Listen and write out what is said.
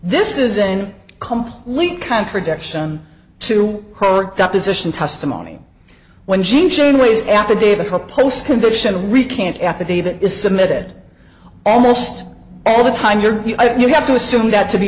this is in complete contradiction to her deposition testimony when jean jean weighs affidavit her post conviction recant affidavit is submitted almost all the time you're you have to assume that to be